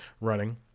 running